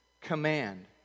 command